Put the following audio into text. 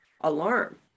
alarm